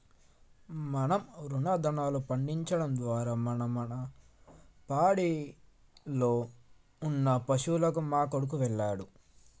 మనం తృణదాన్యాలు పండించడం ద్వారా మనం మన పాడిలో ఉన్న పశువులకు మా కొడుకు వెళ్ళాడు